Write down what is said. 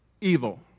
Evil